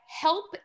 help